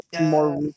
More